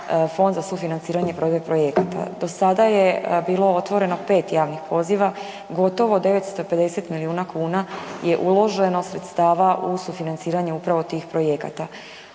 Fond za sufinanciranje provedbe projekata. Do sada je bilo otvoreno 5 javnih poziva, gotovo 950 milijuna kuna je uloženo sredstava u sufinanciranje upravo tih projekata.